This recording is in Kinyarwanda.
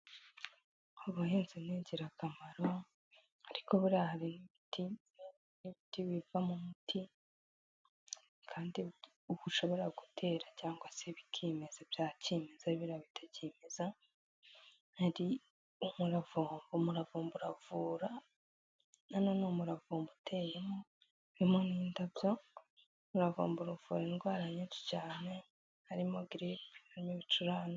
Ubuhinzi ni ingirakamaro ariko buriya hari n'ibiti n'ibindi bivamo umuti kandi uko ushobora gutera cyangwa se bikimeza bya kimeza biraya bitakimeza ari umuravumba, umuravumba uravura hano ni umuravumba uteyemo harimo n'indabyo uravumbura uvura indwara nyinshi cyane harimo giripe harimo ibicurane.